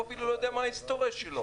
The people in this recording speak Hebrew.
הוא אפילו לא יודע מה ההיסטוריה שלו.